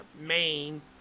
main